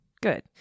good